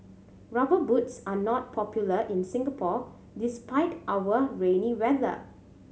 Rubber Boots are not popular in Singapore despite our rainy weather